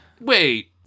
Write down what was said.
Wait